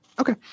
Okay